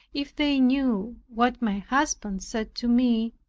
if they knew what my husband said to me,